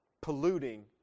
polluting